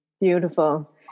Beautiful